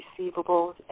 receivables